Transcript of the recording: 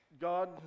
God